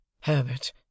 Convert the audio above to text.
Herbert